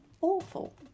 awful